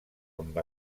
amb